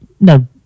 No